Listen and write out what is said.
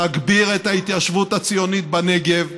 נגביר את ההתיישבות הציונית בנגב,